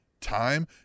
time